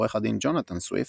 עורך הדין ג'ונתן סוויפט,